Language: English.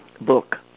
book